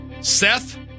Seth